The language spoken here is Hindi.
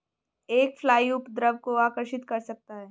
एक फ्लाई उपद्रव को आकर्षित कर सकता है?